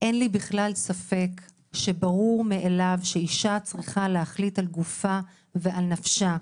אין לי בכלל ספק שברור מאליו שאישה צריכה להחליט על גופה ועל נפשה,